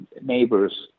neighbors